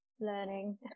learning